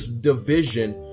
division